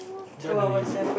what do you